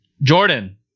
Jordan